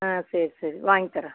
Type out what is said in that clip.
ஆ சரி சரி வாய்ங்த்தரன்